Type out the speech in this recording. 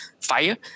FIRE